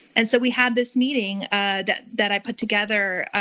and so we had this meeting ah that that i put together